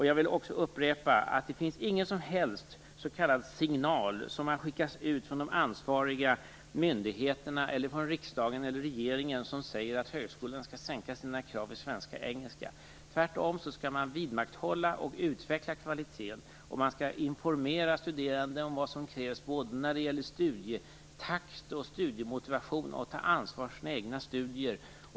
Jag vill också upprepa att det inte från de ansvariga myndigheterna, från riksdagen eller regeringen har skickats ut någon som helst s.k. signal om att högskolorna skall sänka sina krav i svenska eller engelska. Tvärtom skall man vidmakthålla och utveckla kvaliteten, och man skall informera studerande om vad som krävs av studietakt, studiemotivation och att ta ansvar för sina egna studier.